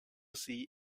see